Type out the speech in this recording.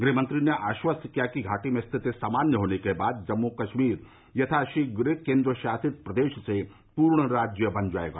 गृह मंत्री ने आश्वासन दिया कि घाटी में स्थिति सामान्य होने के बाद जम्मू कश्मीर यथा शीघ्र केंद्र शासित प्रदेश से पूर्ण राज्य बन जाएगा